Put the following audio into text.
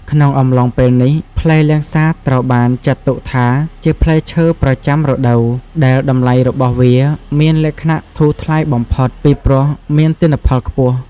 ក្នុងអំឡុងពេលនេះ ផ្លែលាំងសាតត្រូវបានចាត់ទុកថាជា ផ្លែឈើប្រចាំរដូវ ដែលតម្លៃរបស់វាមានលក្ខណៈធូរថ្លៃបំផុត ពីព្រោះមានទិន្នផលខ្ពស់។